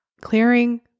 clearing